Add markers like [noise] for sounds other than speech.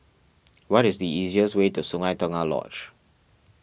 [noise] what is the easiest way to Sungei Tengah Lodge